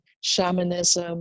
shamanism